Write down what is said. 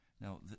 Now